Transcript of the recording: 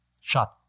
shot